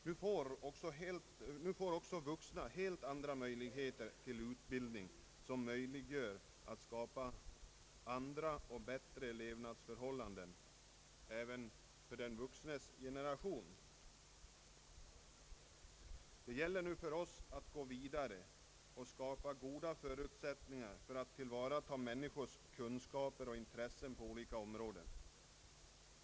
Nu får alltså även vuxna möjligheter till utbildning, som kan leda till andra och bättre levnadsförhållanden för den vuxna generationen. Det gäller för oss att gå vidare och skapa goda förutsättningar för att tillvarata människors kunskaper och intressen på olika områden.